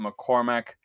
McCormack